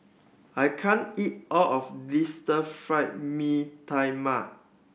I can't eat all of this Stir Fry Mee Tai Mak